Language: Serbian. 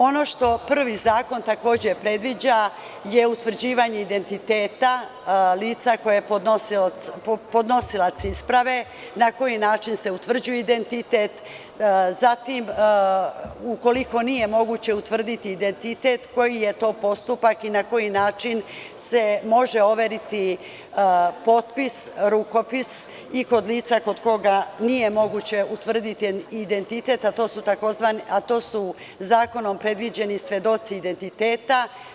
Ono što prvi zakon, takođe predviđa je utvrđivanje identiteta lica koje je podnosilac isprave, na koji način se utvrđuje identitet, zatim ukoliko nije moguće utvrditi identitet, koji je to postupak i na koji način se može overiti potpis, rukopis i kod lica kod koga nije moguće utvrditi identitet, a to su zakonom predviđeni svedoci identiteta.